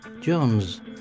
Jones